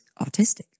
autistic